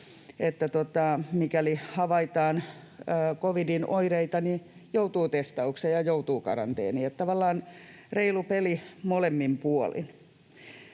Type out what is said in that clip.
mikäli havaitaan covidin oireita, niin joutuu testaukseen ja joutuu karanteeniin, eli tavallaan reilu peli molemmin puolin.